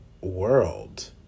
world